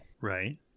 right